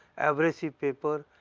abrasive paper,